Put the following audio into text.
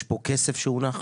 יש פה כסף שהונח.